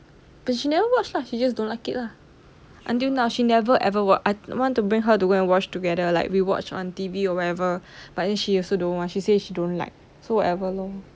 but she never watch lah she just don't like it lah until now she never ever watch I want to bring her to go and watch together like we watched on T_V or whatever but then she also don't want she say she don't like so whatever